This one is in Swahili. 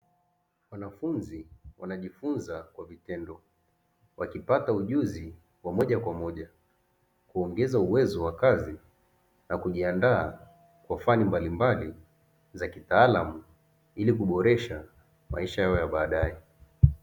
Wanafunzi wanajifunza kwa vitendo wakipata ujuzi wa moja kwa moja, kuongeza uwezo wa kazi na kujiandaa kwa fani mbalimbali za kitaalamu ili kuboresha maisha yao ya baadaye.